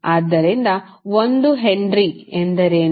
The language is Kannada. ಆದ್ದರಿಂದ 1 ಹೆನ್ರಿ ಎಂದರೇನು